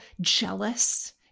jealous